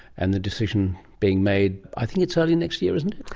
and the decision being made. i think it's early next year, isn't it?